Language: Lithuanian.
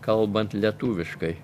kalbant lietuviškai